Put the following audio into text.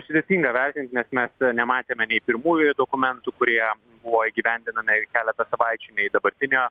sudėtinga vertint nes mes nematėme nei pirmųjų dokumentų kurie buvo įgyvendinami keletą savaičių nei dabartinio